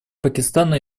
пакистана